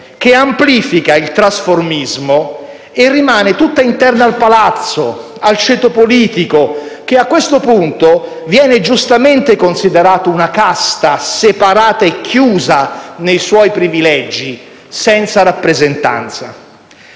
che amplifica il trasformismo e rimane tutta interna al Palazzo, al ceto politico, che a questo punto viene giustamente considerato una casta separata e chiusa nei suoi privilegi, senza rappresentanza.